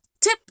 tip